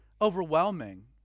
overwhelming